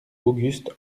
auguste